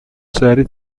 serie